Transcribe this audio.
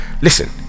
Listen